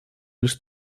лишь